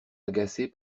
agacée